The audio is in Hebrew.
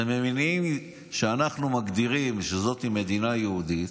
זה ממניעים שאנחנו מגדירים שזאת מדינה יהודית,